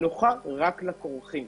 נוחה רק לכורכים.